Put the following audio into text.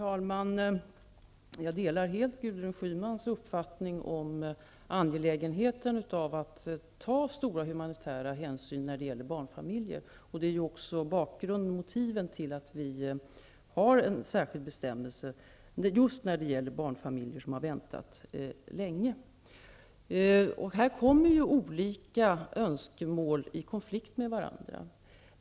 Herr talman! Jag delar Gudrun Schymans uppfattning om det angelägna i att ta stora humanitära hänsyn när det gäller barnfamiljer. Det är också motivet till att vi har en särskild bestämmelse just när det gäller barnfamiljer som har väntat länge. Här kommer olika önskemål i konflikt med varandra.